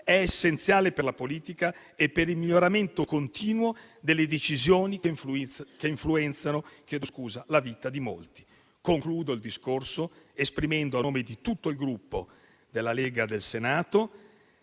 è essenziale per la politica e per il miglioramento continuo delle decisioni che influenzano la vita di molti. Concludo il discorso esprimendo, a nome di tutto il Gruppo Lega del Senato,